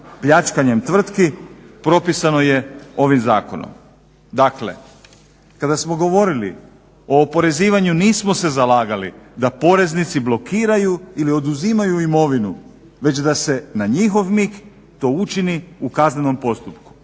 pljačkanjem tvrtki propisano je ovim zakonom. Dakle, kada smo govorili o oporezivanju nismo se zalagali da poreznici blokiraju ili oduzimaju imovinu već da se na njihov mig to učini u kaznenom postupku.